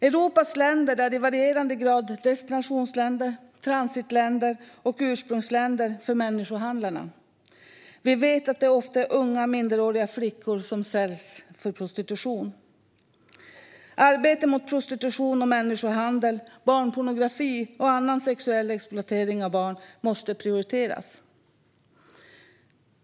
Europas länder är i varierande grad destinationsländer, transitländer och ursprungsländer för människohandlarna. Vi vet att det ofta är minderåriga flickor som säljs för prostitution. Arbete mot prostitution och människohandel, barnpornografi och annan sexuell exploatering av barn måste prioriteras.